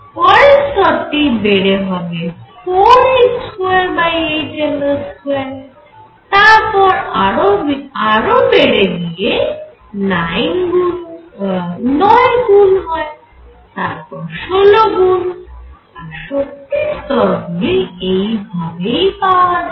পরের স্তর টি বেড়ে হবে 4h28mL2 তারপর আরও বেড়ে গিয়ে 9 গুন হয় তার পর 16 গুন আর শক্তি স্তর গুলি এই ভাবেই পাওয়া যায়